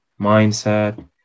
mindset